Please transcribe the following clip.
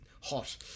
hot